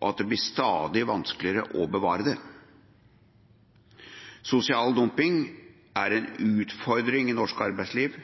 og at det blir stadig vanskeligere å bevare det. Sosial dumping er en utfordring i norsk arbeidsliv,